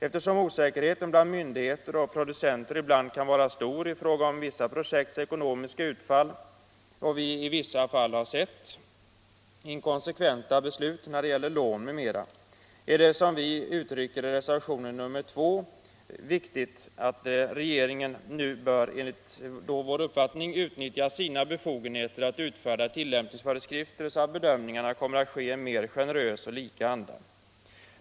Eftersom osäkerheten bland myndigheter och producenter ibland kan vara stor i fråga om vissa projekts ekonomiska utfall och vi i vissa fall har sett inkonsekventa beslut när det gäller lån m.m. är det, som vi uttrycker det i reservationen 2, viktigt att regeringen nu utnyttjar sina befogenheter att utfärda tillämpningsföreskrifter så att bedömningarna kommer att vara likartade och ske i en mer generös anda.